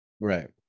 Right